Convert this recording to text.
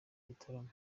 gitaramo